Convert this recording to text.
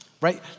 Right